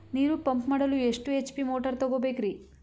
ನೀರು ಪಂಪ್ ಮಾಡಲು ಎಷ್ಟು ಎಚ್.ಪಿ ಮೋಟಾರ್ ತಗೊಬೇಕ್ರಿ?